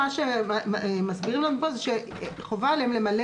מה שמסבירים לנו פה זה שחובה עליהם למלא